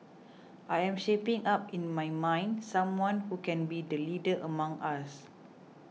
I am shaping up in my mind someone who can be the leader among us